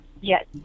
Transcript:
Yes